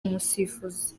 umusifuzi